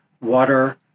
water